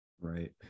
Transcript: Right